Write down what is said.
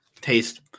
Taste